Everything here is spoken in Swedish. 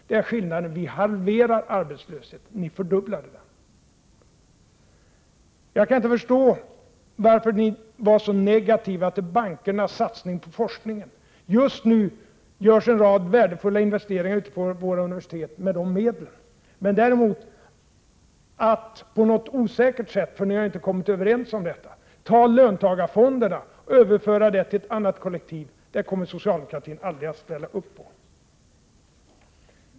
Det är skillnaden: Vi halverade arbetslösheten, ni fördubblade den. Jag kan inte förstå varför ni var så negativa till bankernas satsning på forskningen. Just nu görs en rad värdefulla investeringar ute på våra universitet med de medlen. Men att på något osäkert sätt — för ni har inte kommit överens om detta —- överföra löntagarfonderna till ett annat kollektiv, det kommer socialdemokratin aldrig att ställa upp på.